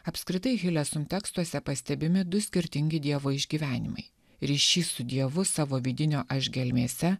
apskritai hileum tekstuose pastebimi du skirtingi dievo išgyvenimai ryšys su dievu savo vidinio aš gelmėse